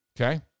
okay